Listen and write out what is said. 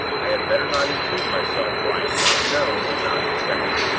i had better not intrude myself where i am not known and not expected.